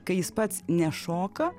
kai jis pats nešoka